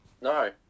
No